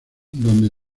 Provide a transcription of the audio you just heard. donde